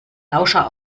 lauscher